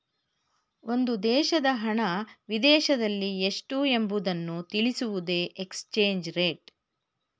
ಒಂದು ದೇಶದ ಹಣ ವಿದೇಶದಲ್ಲಿ ಎಷ್ಟು ಎಂಬುವುದನ್ನು ತಿಳಿಸುವುದೇ ಎಕ್ಸ್ಚೇಂಜ್ ರೇಟ್